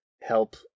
help